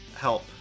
help